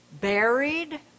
buried